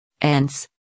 Ants